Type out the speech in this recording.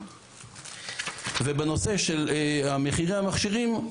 בנושא של מחירי המכשירים,